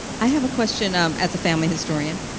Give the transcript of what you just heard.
i have a question um as a family historian,